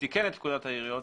שתיקן את פקודת העיריות,